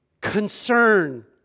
concern